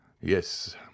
Yes